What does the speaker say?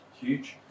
Huge